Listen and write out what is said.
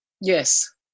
yes